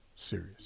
serious